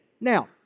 Now